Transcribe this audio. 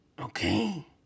okay